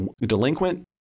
delinquent